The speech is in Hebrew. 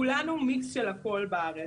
כולנו מיקס של הכול בארץ,